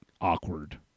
awkward